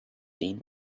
seen